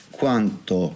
quanto